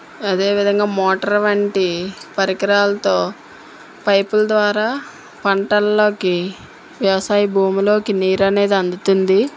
అదేవిధంగా మోటార్ వంటి పరికరాలతో పైపుల ద్వారా పంటలలోకి వ్యవసాయ భూమిలో నీరు అనేది అందుతుంది